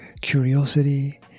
curiosity